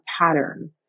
pattern